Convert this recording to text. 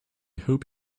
hope